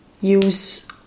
use